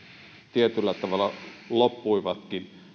tietyllä tavalla loppuivatkin